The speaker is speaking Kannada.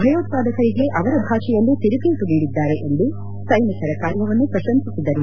ಭಯೋತ್ವಾದಕರಿಗೆ ಅವರ ಭಾಷೆಯಲ್ಲೇ ತಿರುಗೇಟು ನೀಡಿದ್ದಾರೆ ಎಂದು ಸೈನಿಕರ ಕಾರ್ಯವನ್ನು ಪ್ರಶಂಸಿಸಿದರು